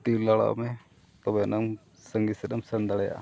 ᱛᱤ ᱞᱟᱲᱟᱣ ᱢᱮ ᱛᱚᱵᱮᱱᱟᱝ ᱥᱟᱹᱜᱤᱧ ᱥᱮᱫ ᱮᱢ ᱥᱮᱱ ᱫᱟᱲᱮᱭᱟᱜᱼᱟ